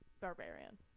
barbarian